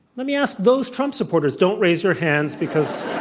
let me ask those trump supporters, don't raise your hands, because